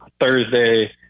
Thursday